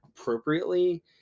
appropriately